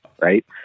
right